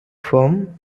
firm